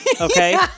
Okay